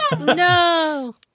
no